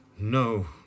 No